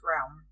realm